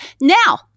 Now